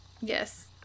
Yes